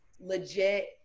legit